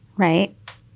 Right